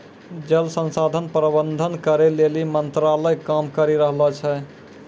जल संसाधन प्रबंधन करै लेली मंत्रालय काम करी रहलो छै